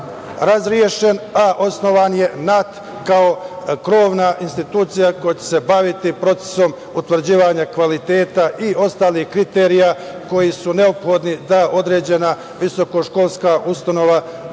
razrešen, a osnovan je NAT kao krovna institucija koja će se baviti procesom utvrđivanja kvaliteta i ostalih kriterijuma koji su neophodni da određena visokoškolska ustanova